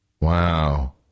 Wow